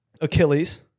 Achilles